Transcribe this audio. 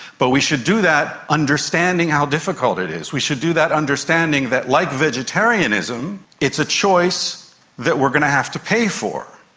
but we should do that understanding how difficult it is, we should do that understanding that, like vegetarianism, it's a choice that we're going to have to pay for,